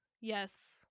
Yes